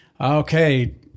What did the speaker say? okay